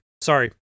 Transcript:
sorry